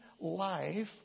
life